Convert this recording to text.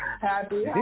Happy